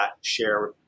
share